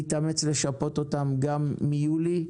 להתאמץ לשפות אותם גם מיולי.